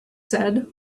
said